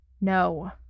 No